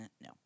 No